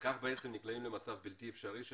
ובכך בעצם נקלעים למצב בלתי אפשרי של